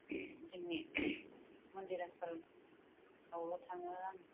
जोंनि मन्दिर आसल आवल' थाङो आं